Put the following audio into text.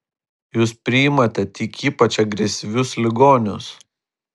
jūs priimate tik ypač agresyvius ligonius